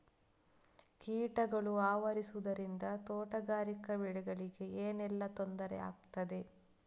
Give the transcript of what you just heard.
ಕೀಟಗಳು ಆವರಿಸುದರಿಂದ ತೋಟಗಾರಿಕಾ ಬೆಳೆಗಳಿಗೆ ಏನೆಲ್ಲಾ ತೊಂದರೆ ಆಗ್ತದೆ?